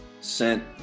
sent